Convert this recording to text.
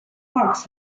fox